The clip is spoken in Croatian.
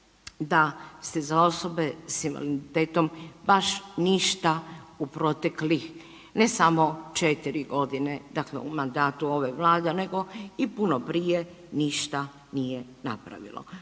da ste za osobe s invaliditetom baš ništa u proteklih, ne samo 4 godine, dakle u mandatu ove Vlade, nego i puno prije ništa nije napravilo.